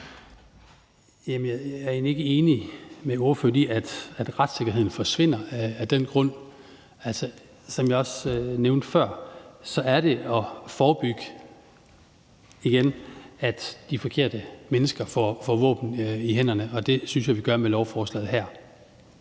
jeg er egentlig ikke enig med ordføreren i, at retssikkerheden forsvinder af den grund. Som jeg også nævnte før, er det for at forebygge, at de forkerte mennesker får våben i hænderne, og det synes jeg vi gør med lovforslaget her.